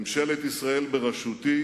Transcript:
ממשלת ישראל בראשותי